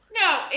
No